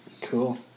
Cool